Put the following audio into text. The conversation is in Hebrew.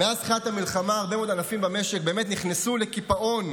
מאז תחילת המלחמה הרבה מאוד ענפים במשק באמת נכנסו לקיפאון,